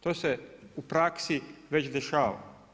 To se u praksi već dešava.